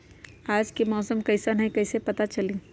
आज के मौसम कईसन हैं कईसे पता चली?